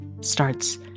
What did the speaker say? starts